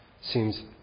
seems